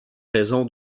raison